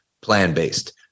plan-based